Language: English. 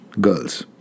girls